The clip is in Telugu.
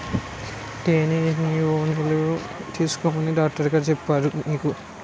తేనె ఎన్ని ఔన్సులు తీసుకోమని డాక్టరుగారు చెప్పారు నీకు